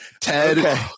Ted